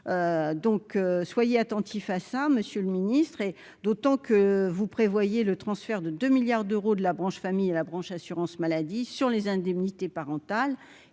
donc soyez attentifs à ça, monsieur le ministre est d'autant que vous prévoyez le transfert de 2 milliards d'euros de la branche famille à la branche assurance maladie sur les indemnités parentales